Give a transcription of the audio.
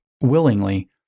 willingly